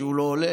כשהוא לא הולך?